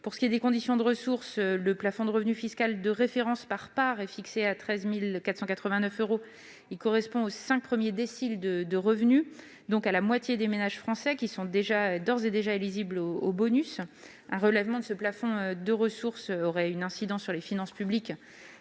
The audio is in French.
Pour ce qui est des conditions de ressources, le plafond de revenu fiscal de référence par part est fixé à 13 489 euros, ce qui correspond aux cinq premiers déciles de revenus, donc à la moitié des ménages français, qui sont d'ores et déjà éligibles au bonus. Un relèvement de ce plafond de ressources aurait une incidence sur les finances publiques,